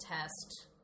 test